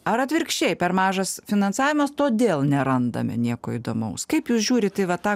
ar atvirkščiai per mažas finansavimas todėl nerandame nieko įdomaus kaip jūs žiūrit į va tą